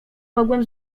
mogłem